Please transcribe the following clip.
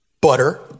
Butter